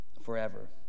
forever